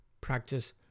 practice